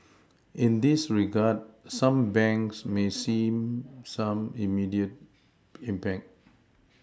in this regard some banks may see some immediate impact